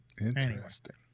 Interesting